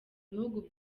bihugu